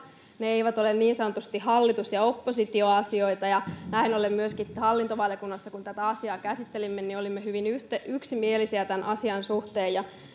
ne eivät ole niin sanotusti hallitus ja oppositio asioita ja näin ollen myöskin hallintovaliokunnassa kun tätä asiaa käsittelimme olimme hyvin yksimielisiä tämän asian suhteen ja